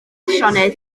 sioned